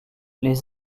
les